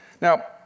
Now